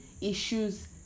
issues